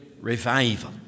revival